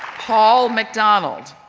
paul macdonald,